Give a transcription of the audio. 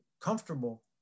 comfortable